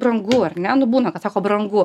brangu ar ne nu būna kad sako brangu